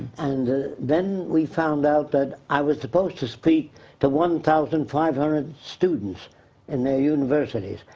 and then we found out that i was supposed to speak to one thousand five hundred students in their universities.